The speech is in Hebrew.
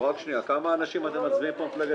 אם הם מסכימים אפשר?